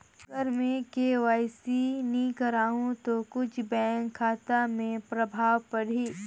अगर मे के.वाई.सी नी कराहू तो कुछ बैंक खाता मे प्रभाव पढ़ी?